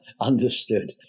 Understood